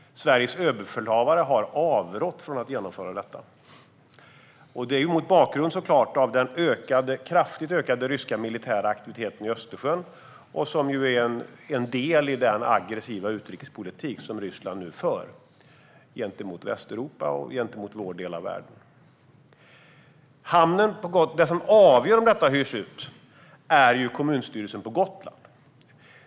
Sveriges överbefälhavare har avrått från att genomföra detta, mot bakgrund av den kraftigt ökade ryska militära aktiviteten i Östersjön, som är en del i den aggressiva utrikespolitik som Ryssland nu för gentemot Västeuropa och vår del av världen. Det är kommunstyrelsen på Gotland som avgör om hamnen ska hyras ut.